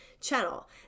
channel